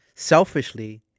Selfishly